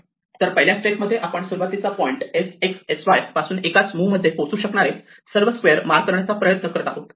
तर पहिल्या स्टेप मध्ये आपण सुरुवातीच्या पॉइंट sx sy पासून एकाच मुव्ह मध्ये पोहोचू शकणारे सर्व स्क्वेअर मार्क करण्याचा प्रयत्न करत आहोत